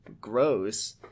gross